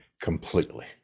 completely